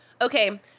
Okay